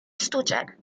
sztuczek